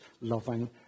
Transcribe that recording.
loving